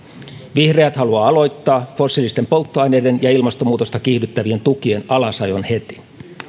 vihreät haluavat aloittaa fossiilisten polttoaineiden ja ilmastonmuutosta kiihdyttävien tukien alasajon heti